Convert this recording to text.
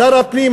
שר הפנים,